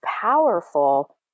powerful